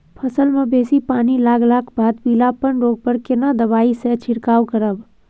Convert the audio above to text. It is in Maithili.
फसल मे बेसी पानी लागलाक बाद पीलापन रोग पर केना दबाई से छिरकाव करब?